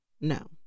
No